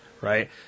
right